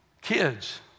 kids